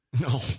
No